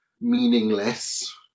meaningless